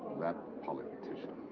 that politician.